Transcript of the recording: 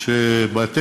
מפני שרק 900